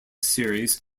series